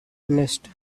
nest